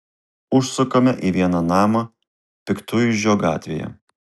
užsukame į vieną namą piktuižio gatvėje